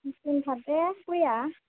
दोनथारदे गयआ